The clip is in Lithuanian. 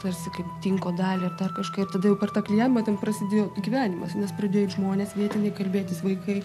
tarsi kaip tinko dalį ir dar kažką ir tada jau per tą klijavimą ten prasidėjo gyvenimas nes pradė eit žmonės vietiniai kalbėtis vaikai